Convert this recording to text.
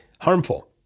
harmful